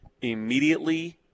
immediately